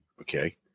okay